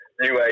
new-age